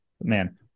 Man